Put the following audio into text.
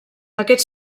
aquest